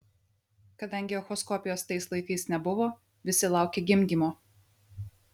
kadangi echoskopijos tais laikais nebuvo visi laukė gimdymo